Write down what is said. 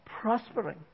prospering